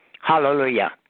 Hallelujah